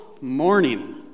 morning